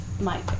Mike